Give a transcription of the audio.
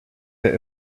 that